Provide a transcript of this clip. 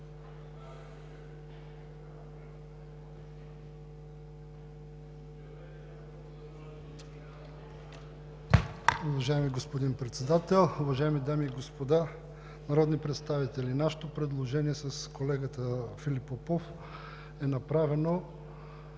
Уважаеми господин Председател, уважаеми дами и господа народни представители! Нашето предложение с колегата Филип Попов е породено